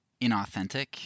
inauthentic